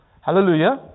Hallelujah